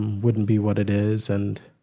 wouldn't be what it is. and